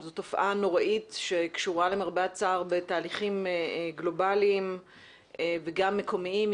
זו תופעה נוראית שקשורה למרבה הצער בתהליכים גלובליים וגם מקומיים.